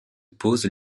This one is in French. pose